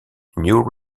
new